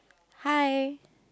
hi